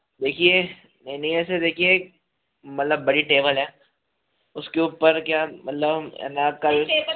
देखिये नहीं नहीं ऐसे देखिये मतलब बड़ी टेबल है उसके ऊपर क्या मतलब